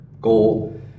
goal